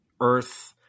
Earth